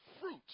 fruit